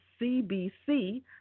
CBC